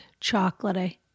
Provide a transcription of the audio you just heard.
chocolatey